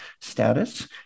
status